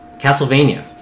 castlevania